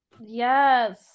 Yes